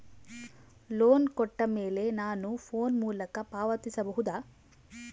Loan ಕೊಟ್ಟ ಮೇಲೆ ನಾನು ಫೋನ್ ಮೂಲಕ ಪಾವತಿಸಬಹುದಾ?